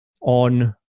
on